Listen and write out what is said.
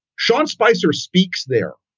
sean spicer speaks there.